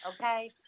okay